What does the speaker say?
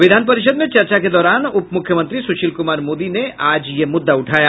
विधान परिषद् में चर्चा के दौरान उप मुख्यमंत्री सुशील कुमार मोदी ने आज यह मुद्दा उठाया